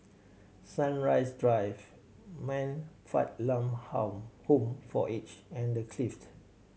Sunrise Drive Man Fatt Lam Home for Aged and The Clift